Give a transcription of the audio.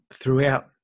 throughout